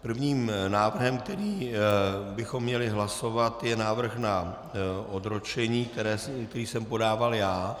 Prvním návrhem, který bychom měli hlasovat, je návrh na odročení, který jsem podával já.